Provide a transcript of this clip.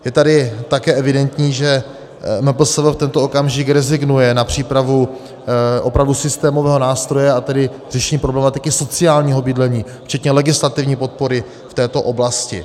Je tady také evidentní, že MPSV v tento okamžik rezignuje na přípravu opravdu systémového nástroje, a tedy řešení problematiky sociálního bydlení včetně legislativní podpory v této oblasti.